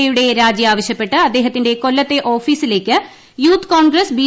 A യുടെ രാജി ആവശ്യപ്പെട്ട് അദ്ദേഹത്തിന്റെ കൊല്ലത്തെ ഓഫീസിലേക്ക് യൂത്ത് കോൺഗ്രസ് ബി